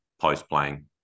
post-playing